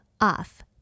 off